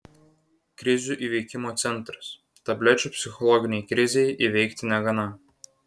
krizių įveikimo centras tablečių psichologinei krizei įveikti negana